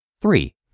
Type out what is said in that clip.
Three